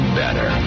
better